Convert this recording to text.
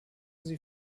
sie